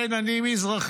כן, אני מזרחי,